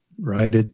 right